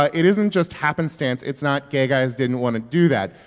ah it isn't just happenstance. it's not gay guys didn't want to do that.